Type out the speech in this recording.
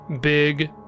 big